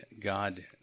God